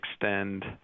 extend